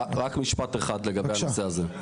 רק משפט אחד לגבי הנושא הזה.